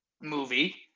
movie